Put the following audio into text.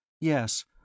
Yes